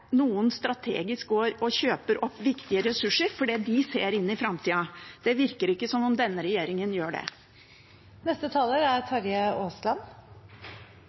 kjøper opp viktige ressurser fordi de ser inn i framtida. Det virker ikke som om denne regjeringen gjør det.